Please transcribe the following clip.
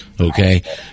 okay